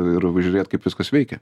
ir žiūrėt kaip viskas veikia